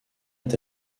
est